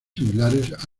similares